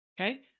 Okay